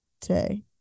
today